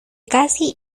casi